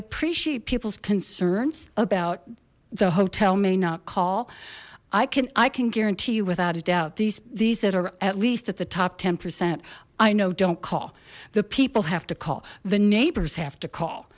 appreciate people's concerns about the hotel may not call i can i can guarantee you without a doubt these these that are at least at the top ten percent i know don't call the people have to call the neighbors have to